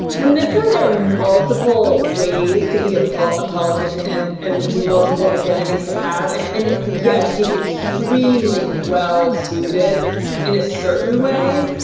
i mean i think there are multiple ways to be a cult, a politician and and multiple identities to have. and and yes, he's extremely well suited in a certain way.